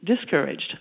discouraged